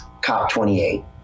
COP28